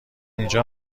اینجا